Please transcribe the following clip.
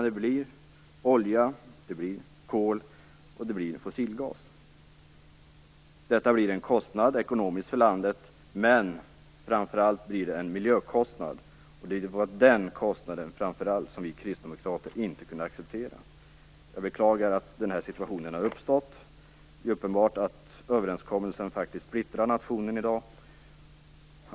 Det blir olja, kol och fossilgas. Det blir en kostnad, rent ekonomiskt, för landet, men framför allt blir det en miljökostnad. Det var framför allt den kostnaden som vi kristdemokrater inte kunde acceptera. Jag beklagar att den här situationen har uppstått. Det är uppenbart att överenskommelsen splittrar nationen i dag.